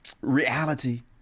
reality